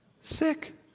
sick